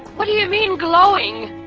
what do you mean glowing?